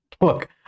Look